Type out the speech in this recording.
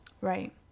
Right